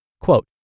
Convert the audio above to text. Quote